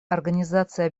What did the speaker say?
организация